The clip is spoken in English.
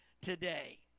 today